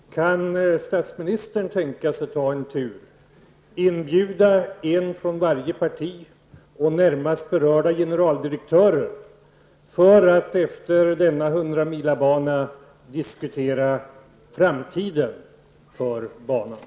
Herr talman! Georg Andersson vill inte åka inlandsbanan. Men kan statsministern tänka sig att ta en tur och inbjuda en person från varje parti och den närmast berörde generaldirektören samtal för att på denna hundramilabana diskutera banans framtid?